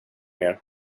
mer